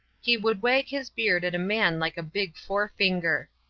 he would wag his beard at a man like a big forefinger.